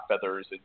feathers